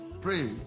pray